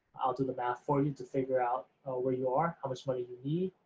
i'll do the math for you to figure out where you are, how much money you need.